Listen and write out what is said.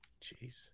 Jeez